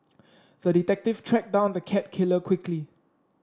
the detective tracked down the cat killer quickly